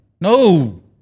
No